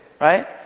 right